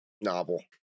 novel